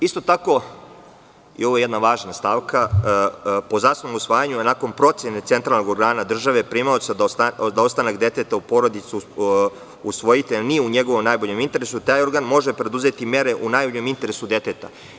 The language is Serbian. Isto tako, i ovo je jedna važna stavka, po zasnovanom usvajanju, a nakon procene centralnog organa države primaoca da ostanak deteta u porodici usvojitelja nije u njegovom najboljem interesu, taj organ može preduzeti mere u najboljem interesu deteta.